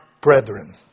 brethren